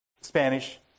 Spanish